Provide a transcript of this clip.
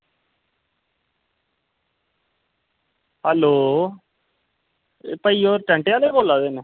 hello भइया होर tent आह्ले बोल्ला दे न